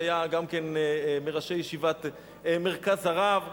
שהיה גם מראשי ישיבת "מרכז הרב",